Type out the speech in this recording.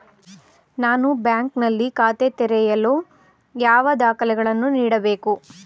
ನಾನು ಬ್ಯಾಂಕ್ ನಲ್ಲಿ ಖಾತೆ ತೆರೆಯಲು ಯಾವ ದಾಖಲೆಗಳನ್ನು ನೀಡಬೇಕು?